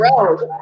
road